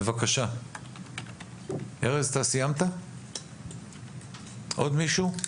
בבקשה, עוד מישהו?